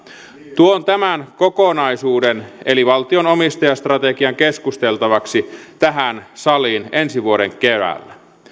tuon tämän kokonaisuuden eli valtion omistajastrategian keskusteltavaksi tähän saliin ensi vuoden keväällä